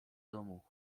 domu